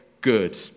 good